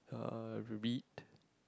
uh read